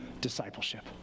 discipleship